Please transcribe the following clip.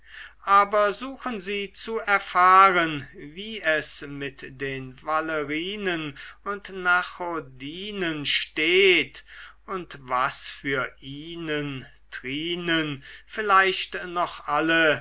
aber suchen sie zu erfahren wie es mit den valerinen und nachodinen steht und was für inen trinen vielleicht noch alle